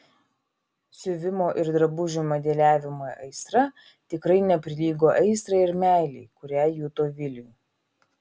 siuvimo ir drabužių modeliavimo aistra tikrai neprilygo aistrai ir meilei kurią juto viliui